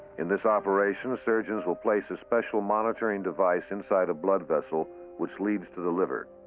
in this operation, surgeons will place a special monitoring device inside a blood vessel which leads to the liver.